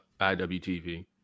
IWTV